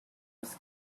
was